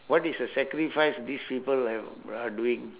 what is the sacrifice these people have are doing